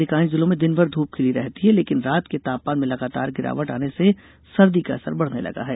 अधिकांश जिलों में दिनभर ध्रप खिली रहती है लेकिंन रात के तापमान में लगातार गिरावट आने से सर्दी का असर बढ़ने लगा है